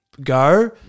go